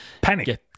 panic